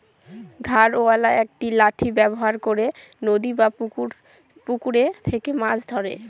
ধারওয়ালা একটি লাঠি ব্যবহার করে নদী বা পুকুরে থেকে মাছ ধরে